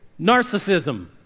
Narcissism